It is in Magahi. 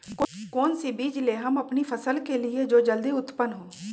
कौन सी बीज ले हम अपनी फसल के लिए जो जल्दी उत्पन हो?